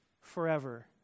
forever